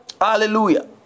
Hallelujah